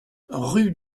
rue